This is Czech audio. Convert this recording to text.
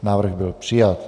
Návrh byl přijat.